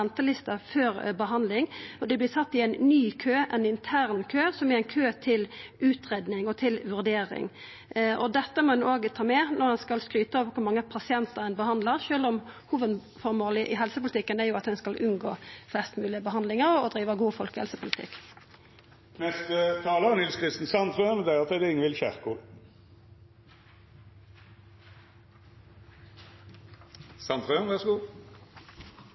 i ein ny kø, ein intern kø for utgreiing og vurdering. Dette må ein òg ta med når ein skal skryta av kor mange pasientar ein behandlar, sjølv om hovudformålet i helsepolitikken er å unngå flest mogleg behandlingar og driva god